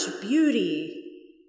beauty